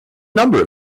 number